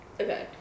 Okay